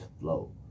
flow